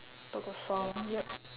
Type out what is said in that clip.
book or song yup